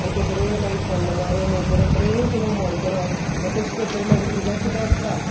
आनी तें बरें माई फोण्ण मारून हें करून बरें करूं हुमण करप आ तश करतगर मागी भुरग्याक खूब आवडटा